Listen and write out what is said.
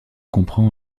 comprend